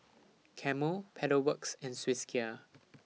Camel Pedal Works and Swissgear